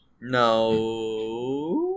No